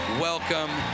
welcome